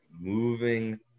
moving